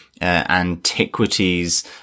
antiquities